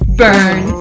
burn